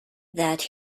that